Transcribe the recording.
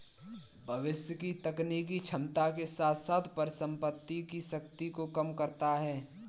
भविष्य की तकनीकी क्षमता के साथ साथ परिसंपत्ति की शक्ति को कम करता है